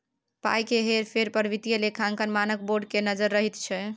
पाय केर हेर फेर पर वित्तीय लेखांकन मानक बोर्ड केर नजैर रहैत छै